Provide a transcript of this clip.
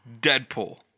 Deadpool